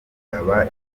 kugaba